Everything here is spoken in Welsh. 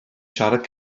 siarad